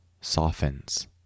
softens